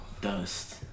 dust